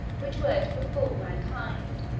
which were to befall mankind.